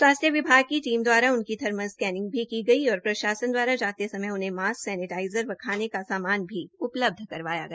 स्वास्थ्य विभाग की टीम द्वारा उनकी थर्मल स्कैनिंग की गई और प्रशासन द्वारा जाते समय उन्हें मास्क सैनेटाज़र व खाने का सामान भी उपलब्ध करवाया गया